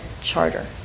charter